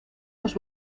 los